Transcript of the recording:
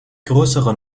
größere